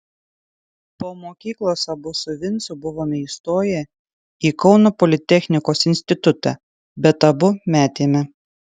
po mokyklos abu su vincu buvome įstoję į kauno politechnikos institutą bet abu metėme